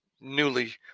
newly